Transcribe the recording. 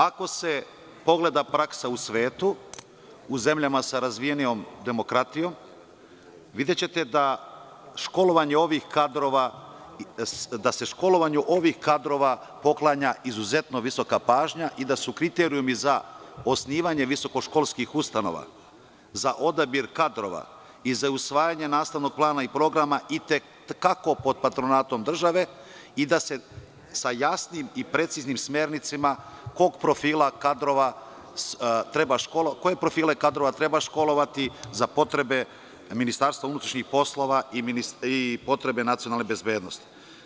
Ako se pogleda praksa u svetu, u zemljama sa razvijenijom demokratijom, videćete da se školovanju ovih kadrova poklanja izuzetno visoka pažnja i da su kriterijumi za osnivanje visokoškolskih ustanova za odabir kadrova i za usvajanje nastavnog plana i programa i te kako pod patronatom države i da se sa jasnim i preciznim smernicama koje profile kadrova treba školovati za potrebe MUP i potrebe nacionalne bezbednosti.